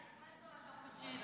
האספרסו, הקפוצ'ינו.